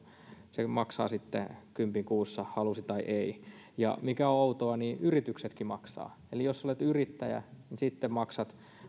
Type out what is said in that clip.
veroa maksaa kympin kuussa halusi tai ei ja mikä outoa yrityksetkin maksavat eli jos olet yrittäjä niin sitten maksat